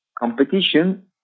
competition